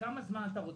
כמה זמן אתה רוצה?